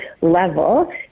level